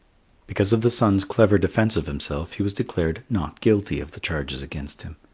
because of the sun's clever defence of himself he was declared not guilty of the charges against him.